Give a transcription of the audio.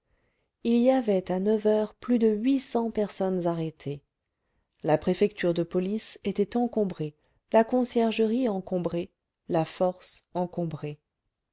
il y avait à neuf heures plus de huit cents personnes arrêtées la préfecture de police était encombrée la conciergerie encombrée la force encombrée